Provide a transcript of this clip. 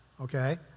okay